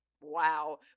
wow